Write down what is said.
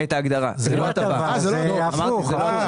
זוהי לא הטבה; הפוך.